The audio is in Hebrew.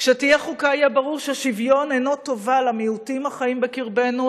כשתהיה חוקה יהיה ברור ששוויון אינו טובה למיעוטים החיים בקרבנו,